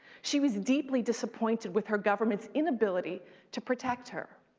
she was deeply disappointed with her government's inability to protect her.